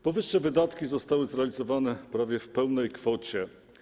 Powyższe wydatki zostały zrealizowane prawie w pełnej kwocie.